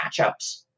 matchups